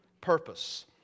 purpose